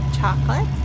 Chocolate